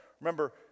Remember